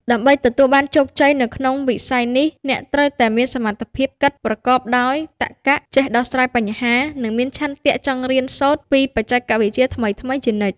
ដើម្បីទទួលបានជោគជ័យនៅក្នុងវិស័យនេះ អ្នកត្រូវតែមានសមត្ថភាពគិតប្រកបដោយតក្ក ចេះដោះស្រាយបញ្ហា និងមានឆន្ទៈចង់រៀនសូត្រពីបច្ចេកវិទ្យាថ្មីៗជានិច្ច។